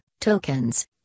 tokens